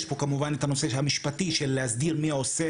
יש פה כמובן את הנושא המשפטי של להסדיר מי עושה